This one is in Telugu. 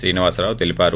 శ్రీనివాసరావు తెలిపారు